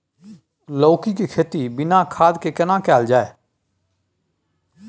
लौकी के खेती बिना खाद के केना कैल जाय?